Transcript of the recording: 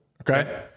Okay